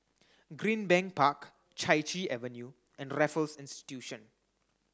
Greenbank Park Chai Chee Avenue and Raffles Institution